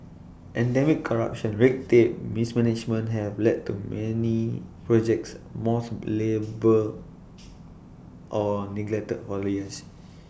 endemic corruption red tape mismanagement have left many projects or neglected for years